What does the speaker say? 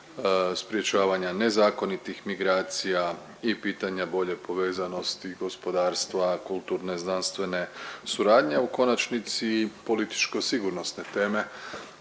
sprječavanja nezakonitih migracija i pitanja bolje povezanosti gospodarstva, kulturne, znanstvene suradnje, a u konačnici i političko sigurnosne teme